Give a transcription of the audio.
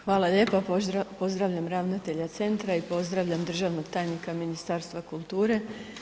Hvala lijepa, pozdravljam ravnatelja centra i pozdravljam državnog tajnika Ministarstva kulture.